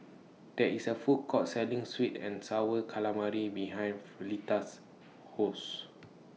There IS A Food Court Selling Sweet and Sour Calamari behind Fleeta's House